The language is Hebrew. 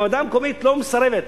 אם הוועדה המקומית מסרבת,